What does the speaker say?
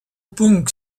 punk